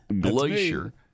Glacier